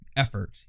Effort